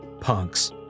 punks